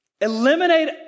eliminate